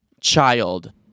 child